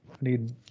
need